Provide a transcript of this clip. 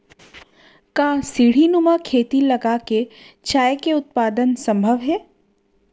का सीढ़ीनुमा खेती लगा के चाय के उत्पादन सम्भव हे?